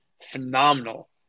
phenomenal